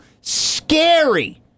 scary